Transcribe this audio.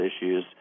issues